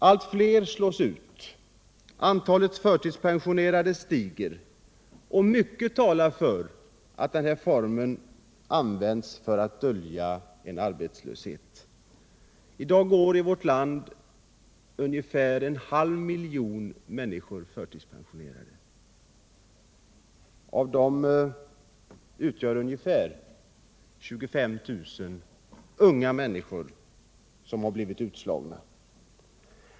Allt fler slås ut, antalet förtidspensionerade stiger och mycket talar för att den här formen används för att dölja arbetslösheten. I dag går ungefär en halv miljon människor förtidspensionerade i vårt land. Av dem är ungefär 25 000 unga människor som blivit utslagna.